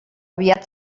aviat